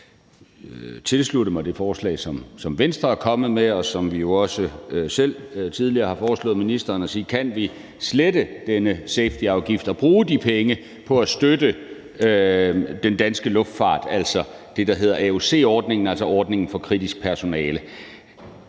at tilslutte mig det forslag, som Venstre er kommet med, og som vi jo også selv tidligere har foreslået ministeren, hvor man siger: Kan vi slette denne safetyafgift og bruge de penge på at støtte den danske luftfart, altså det, der hedder AUC-ordningen, ordningen for kritisk personale?